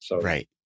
Right